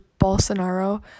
Bolsonaro